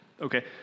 Okay